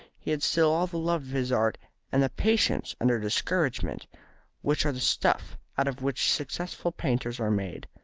he had still all the love of his art and the patience under discouragement which are the stuff out of which successful painters are made.